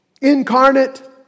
Incarnate